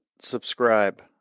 subscribe